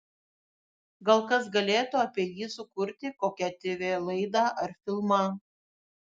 gal kas galėtų apie jį sukurti kokią tv laidą ar filmą